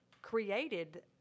created